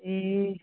ए